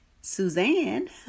Suzanne